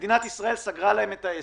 מדינת ישראל סגרה להם את העסק,